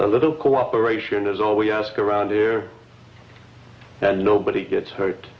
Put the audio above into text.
a little cooperation is all we ask around here and nobody gets hurt